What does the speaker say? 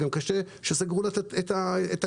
גם קשה שסגרו לה את הכספר.